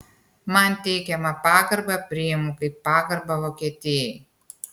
man teikiamą pagarbą priimu kaip pagarbą vokietijai